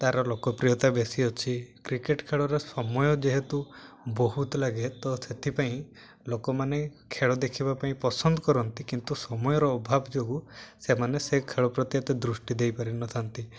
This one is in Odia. ତାର ଲୋକପ୍ରିୟତା ବେଶୀ ଅଛି କ୍ରିକେଟ ଖେଳରେ ସମୟ ଯେହେତୁ ବହୁତ ଲାଗେ ତ ସେଥିପାଇଁ ଲୋକମାନେ ଖେଳ ଦେଖିବା ପାଇଁ ପସନ୍ଦ କରନ୍ତି କିନ୍ତୁ ସମୟର ଅଭାବ ଯୋଗୁ ସେମାନେ ସେ ଖେଳ ପ୍ରତି ଏତେ ଦୃଷ୍ଟି ଦେଇପାରିନଥାନ୍ତି